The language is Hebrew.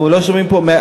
אנחנו לא שומעים פה,